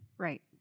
Right